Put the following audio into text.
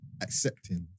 accepting